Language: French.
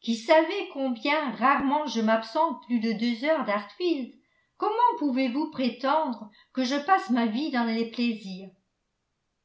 qui savez combien rarement je m'absente plus de deux heures d'hartfield comment pouvez-vous prétendre que je passe ma vie dans les plaisirs